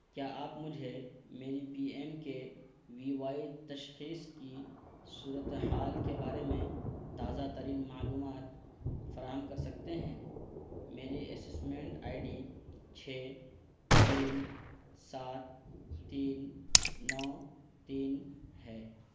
کیا آپ مجھے میری P M K V Y تشخیص کی صورت حال کے بارے میں تازہ ترین معلومات فراہم کر سکتے ہیں میری اسسمنٹ آئی ڈی چھ تین سات تین نو تین ہے